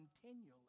continually